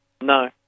No